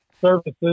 services